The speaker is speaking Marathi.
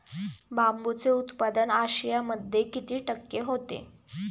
बांबूचे उत्पादन आशियामध्ये किती टक्के होते?